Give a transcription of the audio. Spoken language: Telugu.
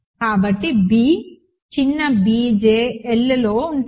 కాబట్టి b చిన్న b j Lలో ఉంటాయి